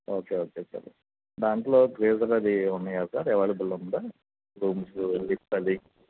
okay okay sir దాంట్లో గ్లీజరూ అది ఉన్నయా సార్ ఎవైలబులుందా రూమ్స్ అదే చలి